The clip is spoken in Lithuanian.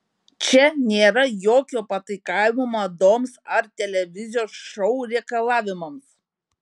čia nėra jokio pataikavimo madoms ar televizijos šou reikalavimams